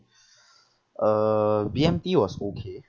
uh B_M_T was okay